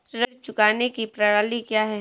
ऋण चुकाने की प्रणाली क्या है?